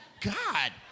God